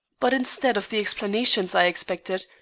but instead of the explanations i expected,